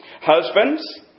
Husbands